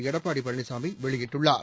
எடப்பாடி பழனிசாமி வெளியிட்டுள்ளார்